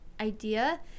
idea